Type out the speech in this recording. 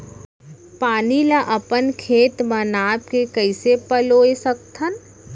पानी ला अपन खेत म नाप के कइसे पलोय सकथन?